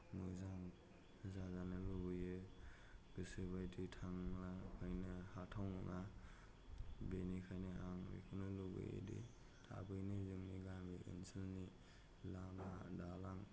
मोजां जाजानो लुगैयै गोसो बायदि थांला बायनो हाथाव नङा बेनिखायनो आं बेखौनो लुगैयोदि थाबैनो जोंनि गामि ओनसोलनि लामा दालां